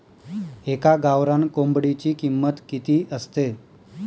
एका गावरान कोंबडीची किंमत किती असते?